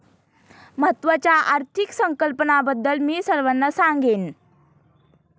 महत्त्वाच्या आर्थिक संकल्पनांबद्दल मी सर्वांना सांगेन